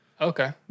Okay